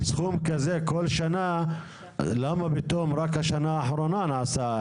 כזה כל שנה, למה פתאום רק השנה האחרונה נעשה?